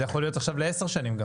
זה יכול להיות עכשיו לעשר שנים.